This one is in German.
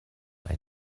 bei